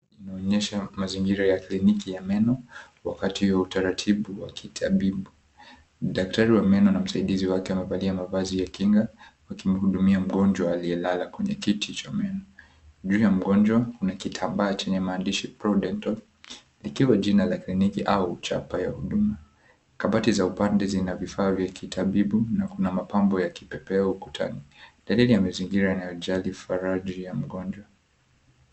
Inaonyesha mazingira ya kliniki ya meno wakati wa utaratibu wa kitabibu. Daktari wa meno na msaidizi wake wamevalia mavazi ya kinga wakimhudumia mngonjwa aliyelala kwenye kiti cha meno. Juu ya mngonjwa kuna kitambaa chenye maandishi, Prodental ikiwa jina la kliniki au chapa ya huduma. Kabati za upande zina vifaa vya kitabibu na kuna mapambo ya kipepeo ukutani dalili ya mazingira yanayojali faraja ya mngonjwa.